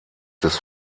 des